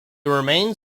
remained